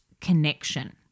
connection